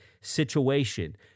situation